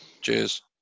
Cheers